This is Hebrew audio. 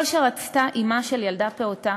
כל שרצתה אימא של ילדה פעוטה,